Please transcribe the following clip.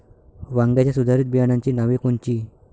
वांग्याच्या सुधारित बियाणांची नावे कोनची?